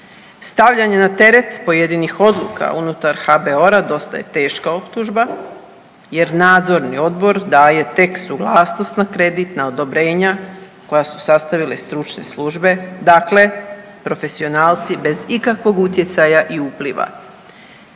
Stavljanje na teret pojedinih odluka unutar HBOR-a dosta je teška optužba jer nadzorni odbor daje tek suglasnost na kreditna odobrenja koje su sastavile stručne službe, dakle profesionalci bez ikakvog utjecaja i upliva.